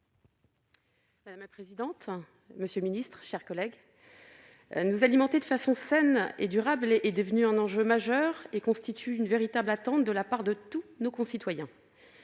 Madame la présidente, monsieur le ministre, mes chers collègues, nous alimenter de façon saine et durable est devenu un enjeu majeur et constitue une véritable attente de la part de tous nos concitoyens.